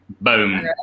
Boom